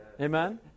amen